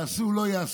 אם יעשו או לא יעשו,